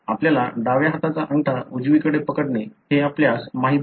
आपल्याला डाव्या हाताचा अंगठा उजवीकडे पकडणे हे आपल्यास माहित आहे